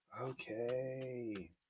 okay